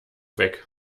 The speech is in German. weg